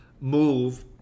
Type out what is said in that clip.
move